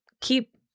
keep